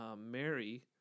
Mary